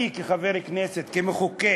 אני כחבר כנסת, כמחוקק,